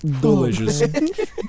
delicious